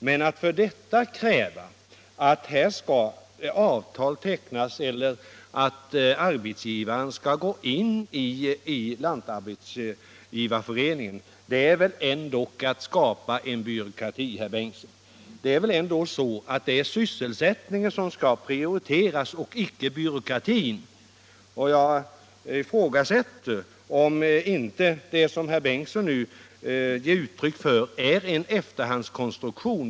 Men att för detta kräva att avtal skall tecknas eller arbetsgivaren skall gå in i Lantarbetsgivareföreningen är väl ändå att skapa en byråkrati, herr Bengtsson. Det är väl sysselsättningen som skall prioriteras och icke byråkratin. Jag ifrågasätter om inte det som herr Bengtsson nu ger uttryck för är en efterhandskonstruktion.